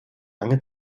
lange